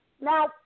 Now